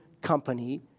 company